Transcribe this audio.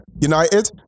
United